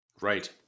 Right